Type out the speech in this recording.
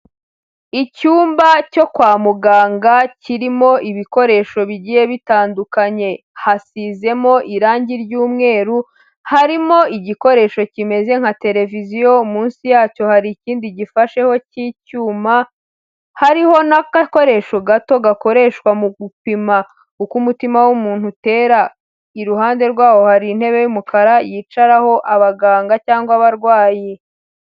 Icyumba cyo kwa muganga kirimo ibikoresho bigiye bitandukanye, hasizemo irangi ry'umweru, harimo igikoresho kimeze nka televiziyo, munsi yacyo hari ikindi gifasheho k'icyuma, hariho n'agakoresho gato gakoreshwa mu gupima, uko umutima w'umuntu utera, iruhande rwaho hari intebe y'umukara yicaraho abaganga cyangwa abarwayi.